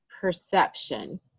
perception